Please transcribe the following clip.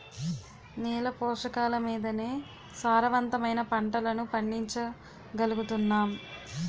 నేల పోషకాలమీదనే సారవంతమైన పంటలను పండించగలుగుతున్నాం